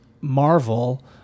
Marvel